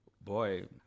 boy